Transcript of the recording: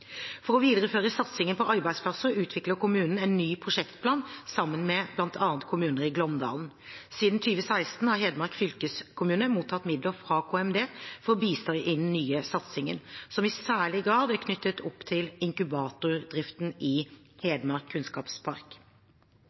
For å videreføre satsingen på arbeidsplasser utviklet kommunen en ny prosjektplan sammen med bl.a. kommuner i Glåmdalen. Siden 2016 har Hedmark fylkeskommune mottatt midler fra KMD for å bistå i den nye satsingen, som i særlig grad er knyttet opp til inkubatordriften i Hedmark Kunnskapspark.